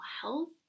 health